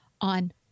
on